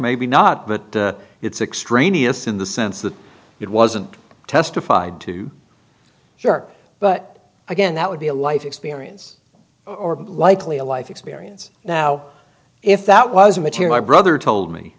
maybe not but it's extraneous in the sense that it wasn't testified to sure but again that would be a life experience or likely a life experience now if that was immature my brother told me